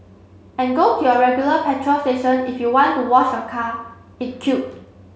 and go to your regular petrol station if you want to wash your car it quip